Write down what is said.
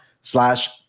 slash